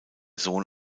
sohn